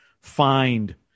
find